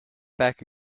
back